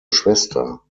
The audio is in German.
schwester